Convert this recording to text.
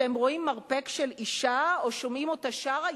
כשהם רואים מרפק של אשה או שומעים אותה שרה,